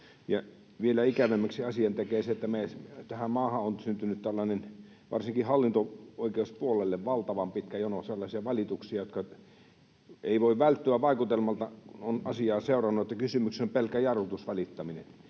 vielä ikävämmäksi asian tekee se, että tähän maahan on syntynyt varsinkin hallinto-oikeuspuolelle valtavan pitkä jono sellaisia valituksia, että ei voi välttyä vaikutelmalta — olen asiaa seurannut — että kysymyksessä on pelkkä jarrutusvalittaminen.